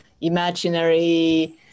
imaginary